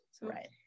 Right